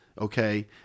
okay